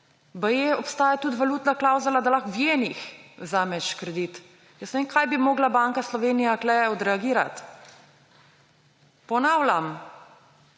Baje obstaja tudi valutna klavzula, da lahko v jenih vzameš kredit. Ne vem, kaj bi morala Banka Slovenije tu odreagirati! Ponavljam,